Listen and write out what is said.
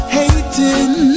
hating